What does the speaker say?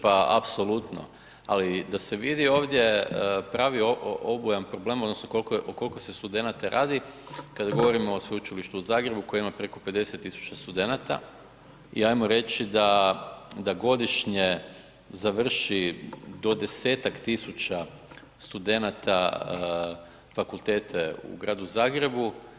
Pa apsolutno, ali da se vidi ovdje pravi obujam problema odnosno o koliko se studenata radi kada govorimo o sveučilištu u Zagrebu koje ima preko 50.000 studenata i ajmo reći da godišnje završi do 10.000 studenata fakultete u Gradu Zagrebu.